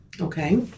Okay